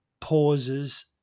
pauses